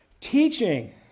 Teaching